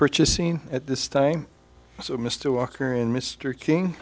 purchasing at this time so mr walker and mr king